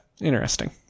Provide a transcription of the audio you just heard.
Interesting